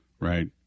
right